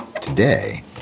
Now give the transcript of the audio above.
Today